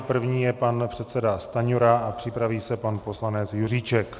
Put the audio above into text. První je pan předseda Stanjura a připraví se pan poslanec Juříček.